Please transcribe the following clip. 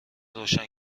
روشن